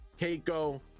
keiko